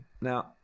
Now